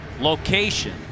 location